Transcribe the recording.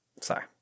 Sorry